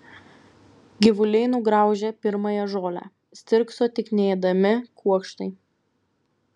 gyvuliai nugraužė pirmąją žolę stirkso tik neėdami kuokštai